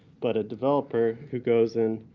but a developer who goes and